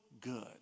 good